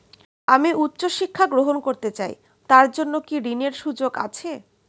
আমি উচ্চ শিক্ষা গ্রহণ করতে চাই তার জন্য কি ঋনের সুযোগ আছে?